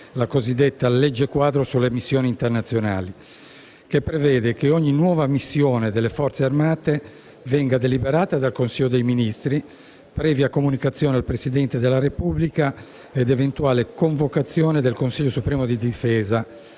la cosiddetta legge-quadro sulle missioni internazionali, che prevede che ogni nuova missione delle forze armate venga deliberata dal Consiglio dei ministri, previa comunicazione del Presidente della Repubblica ed eventuale convocazione del Consiglio supremo di difesa